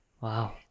Wow